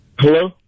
Hello